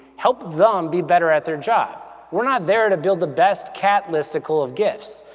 help them be better at their job. we're not there to build the best catlistical of gifs.